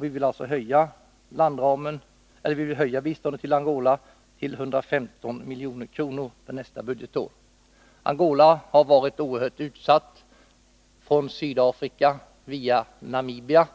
Vi vill därför höja biståndet till Angola till 115 milj.kr. för nästa budgetår. Angola har varit oerhört utsatt för angrepp från Sydafrika via Namibia.